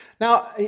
Now